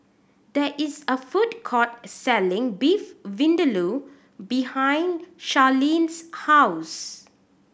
there is a food court selling Beef Vindaloo behind Charlene's house